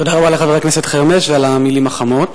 תודה רבה לחבר הכנסת חרמש על המלים החמות.